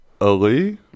Ali